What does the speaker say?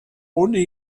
ohne